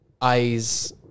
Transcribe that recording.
Eyes